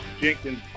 Jenkins